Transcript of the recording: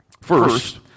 First